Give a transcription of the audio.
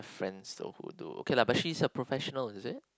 friends though who do okay lah but she is a professional is it